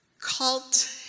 cult